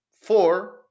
four